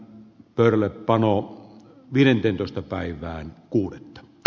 pöydällepano viidenteentoista päivään kurk g